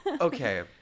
Okay